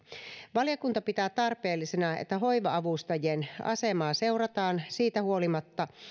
valiokunta pitää tarpeellisena että hoiva avustajien asemaa seurataan siitä huolimatta